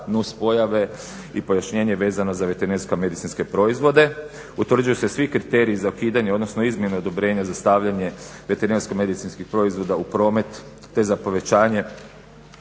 nus pojave i pojašnjenje vezano za veterinarsko-medicinske proizvode. Utvrđuju se svi kriteriji za ukidanje, odnosno izmjene odobrenja za stavljanje veterinarsko-medicinskih proizvoda u promet, te za povećanje